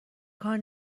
کار